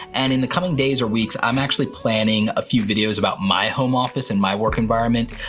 and in the coming days or weeks, i'm actually planning a few videos about my home office and my work environment.